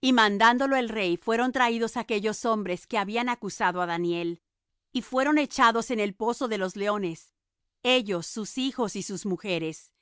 y mandándolo el rey fueron traídos aquellos hombres que habían acusado á daniel y fueron echados en el foso de los leones ellos sus hijos y sus mujeres